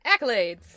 Accolades